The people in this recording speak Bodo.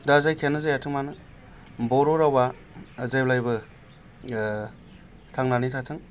दा जायखियानो जायाथों मानो बर' रावआ जेब्लायबो थांनानै थाथों